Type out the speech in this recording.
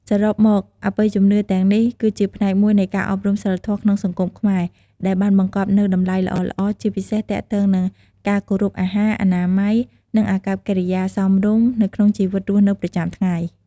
សរុបមក អបិយជំនឿទាំងនេះ គឺជាផ្នែកមួយនៃការអប់រំសីលធម៌ក្នុងសង្គមខ្មែរ ដែលបានបង្កប់នូវតម្លៃល្អៗ ជាពិសេសទាក់ទងនឹងការគោរពអាហារ អនាម័យ និងអាកប្បកិរិយាសមរម្យនៅក្នុងជីវិតរស់នៅប្រចាំថ្ងៃ។